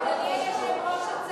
אדוני היושב-ראש,